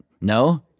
no